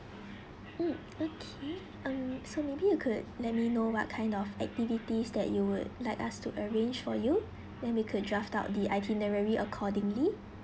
mm okay um so maybe you could let me know what kind of activities that you would like us to arrange for you then we could draft out the itinerary accordingly